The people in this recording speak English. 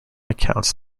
accounts